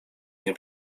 nie